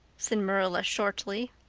said marilla shortly.